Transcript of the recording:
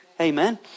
Amen